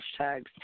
hashtags